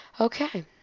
Okay